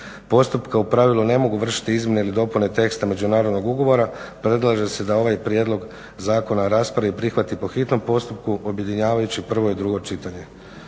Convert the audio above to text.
postupka u pravilu ne mogu vršiti izmjene ili dopune teksta međunarodnog ugovora predlaže se da ovaj prijedlog zakona raspravi i prihvati po hitnom postupku objedinjavajući prvo i drugo čitanje.